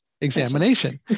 examination